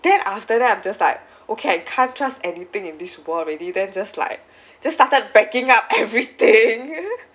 then after that I'm just like okay I can't trust anything in this world already then just like just started backing up everything